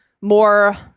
more